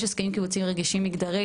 יש הסכמים קיבוציים רגישים מגדרית.